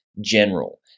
general